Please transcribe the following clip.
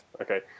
Okay